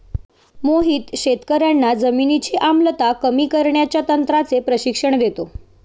मोहित शेतकर्यांना जमिनीची आम्लता कमी करण्याच्या तंत्राचे प्रशिक्षण देतो